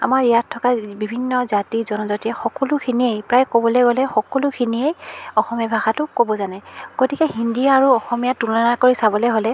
আমাৰ ইয়াত থকা বিভিন্ন জাতি জনজাতি সকলোখিনিয়েই প্ৰায় ক'বলৈ গ'লে সকলোখিনিয়েই অসমীয়া ভাষাটো ক'ব জানে গতিকে হিন্দী আৰু অসমীয়া তুলনা কৰি চাবলৈ হ'লে